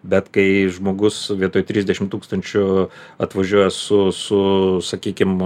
bet kai žmogus vietoj trisdešim tūkstančių atvažiuoja su su sakykim